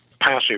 passive